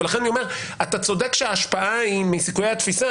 ולכן אני אומר שההשפעה היא מסיכויי התפיסה,